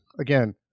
again